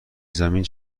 زمین